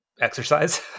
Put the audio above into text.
exercise